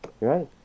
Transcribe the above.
Right